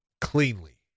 cleanly